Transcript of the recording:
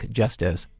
justice